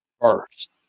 first